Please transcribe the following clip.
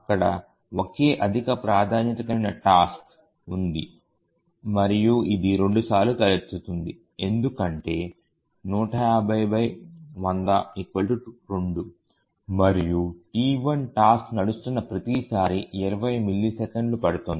అక్కడ ఒకే అధిక ప్రాధాన్యత కలిగిన టాస్క్ ఉంది మరియు ఇది 2 సార్లు తలెత్తుతుంది ఎందుకంటే 150100 2 మరియు T1 టాస్క్ నడుస్తున్న ప్రతి సారీ 20 మిల్లీసెకన్లు పడుతుంది